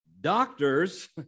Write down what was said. doctors